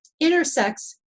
intersects